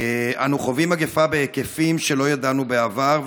אנו חווים מגפה בהיקפים שלא ידענו בעבר,